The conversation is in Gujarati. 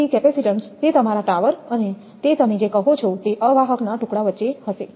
તેથી કેપેસિટેન્સ તે તમારા ટાવર અને તે તમે જે કહો છો તે અવાહક ના ટુકડાઓ વચ્ચે થશે